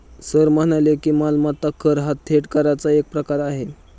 sir म्हणाले की, मालमत्ता कर हा थेट कराचा एक प्रकार आहे